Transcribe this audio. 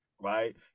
right